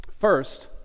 First